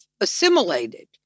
assimilated